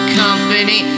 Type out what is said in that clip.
company